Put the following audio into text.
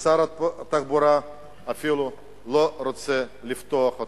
ששר התחבורה אפילו לא רוצה לפתוח אותה.